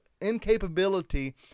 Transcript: incapability